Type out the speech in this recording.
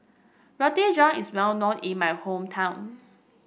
Roti John is well known in my hometown